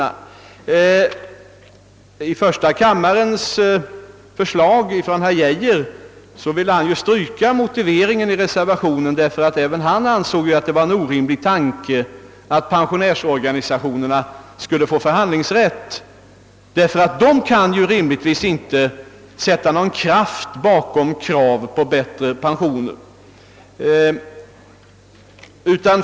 Herr Geijer vill i sitt förslag i första kammaren stryka motiveringen, eftersom han ansett det vara en orimlig tanke att pensionärsorganisationerna skulle få förhandlingsrätt; de kan rimligtvis inte sätta någon kraft bakom kravet på bättre pensioner.